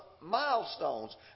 milestones